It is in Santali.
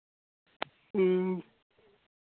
ᱦᱮᱸ